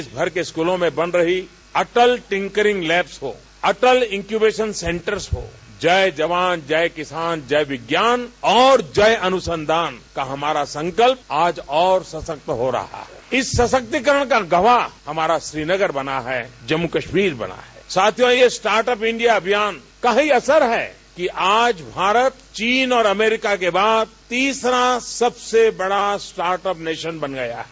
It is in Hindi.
देश भर के स्कूलों में बन रही अटल टिक्करिंग लैंब को अटल इक्यूवेशन सेंटर्स को जय जवान जय किसान जय विज्ञान और जय अनुसंधान का हमारा संकल्प आज और सशक्त हो रहा है इस सशक्ति करण का गवाह हमारा श्री नगर बना है जम्मू कश्मीर बना है साथियों ये स्टार्ट अप इंडिया अभियान का ही असर है कि आज भारत चीन और अमेरिका के बाद तीसरा सबसे बड़ा स्टार्ट अप नेशन बन गया है